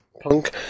Punk